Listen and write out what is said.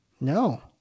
No